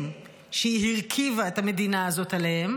שהיא הרכיבה את המדינה הזאת עליהם.